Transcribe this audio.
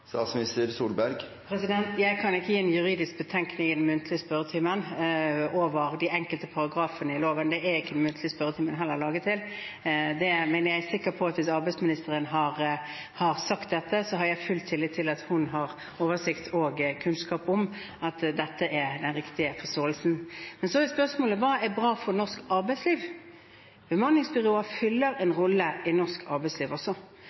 Jeg kan ikke gi en juridisk betenkning over de enkelte paragrafer i loven i den muntlige spørretimen, det er heller ikke muntlig spørretime laget for. Men hvis arbeidsministeren har sagt dette, så har jeg full tillit til at hun har oversikt og kunnskap om at dette er den riktige forståelsen. Men så er spørsmålet: Hva er bra for norsk arbeidsliv? Bemanningsbyråene fyller en rolle i norsk arbeidsliv også